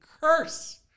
curse